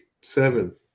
seven